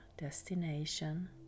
destination